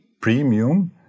premium